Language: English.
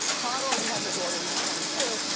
todd already has a daughter who's twenty two.